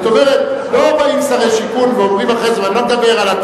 זאת אומרת, לא באים שרי שיכון ואומרים אחרי זה,